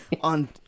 on